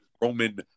Roman